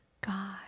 God